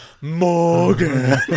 Morgan